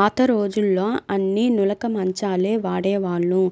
పాతరోజుల్లో అన్నీ నులక మంచాలే వాడేవాళ్ళు,